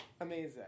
Amazing